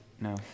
no